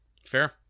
Fair